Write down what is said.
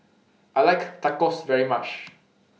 I like Tacos very much